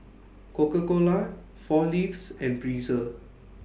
Coca Cola four Leaves and Breezer